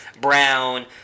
Brown